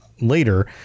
later